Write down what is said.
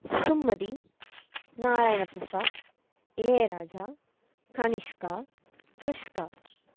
Sumathi Narayana Prasad Ilaiyaraaja Kanishka Krishka